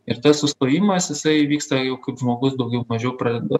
ir tas sustojimas jisai vyksta jau kaip žmogus daugiau mažiau pradeda